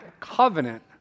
covenant